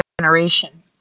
generation